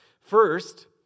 First